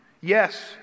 Yes